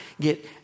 get